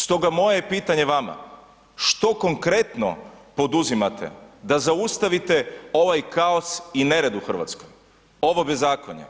Stoga moje je pitanje vama, što konkretno poduzimate da zaustavite ovaj kaos i nered u Hrvatskoj, ovo bezakonje?